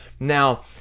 Now